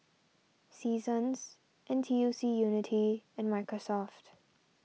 Seasons N T U C Unity and Microsoft